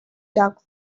dug